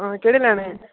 हां केह्ड़े लैने